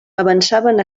avançaven